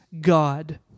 God